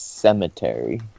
cemetery